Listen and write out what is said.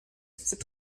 c’est